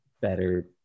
better